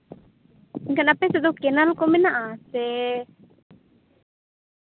ᱮᱱᱠᱷᱟᱱ ᱟᱯᱮ ᱥᱮᱫ ᱫᱚ ᱠᱮᱱᱮᱞ ᱠᱚ ᱢᱮᱱᱟᱜᱼᱟ ᱥᱮ